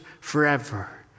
forever